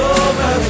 over